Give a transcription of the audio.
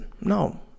no